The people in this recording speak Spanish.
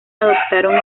adoptaron